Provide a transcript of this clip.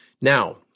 Now